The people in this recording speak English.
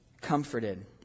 comforted